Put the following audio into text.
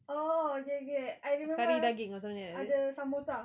oh okay I remember ada samosa